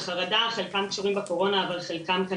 רק רציתי לדעת אם הנוער העובד והלומד מוכן לעזור